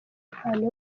impano